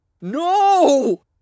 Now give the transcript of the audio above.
No